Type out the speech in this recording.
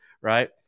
Right